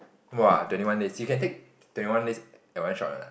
!wah! twenty one days you can take twenty one days in one shot ah